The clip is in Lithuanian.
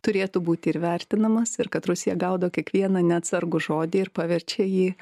turėtų būti ir vertinamas ir kad rusija gaudo kiekvieną neatsargų žodį ir paverčia jį